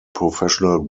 professional